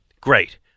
great